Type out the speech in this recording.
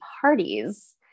parties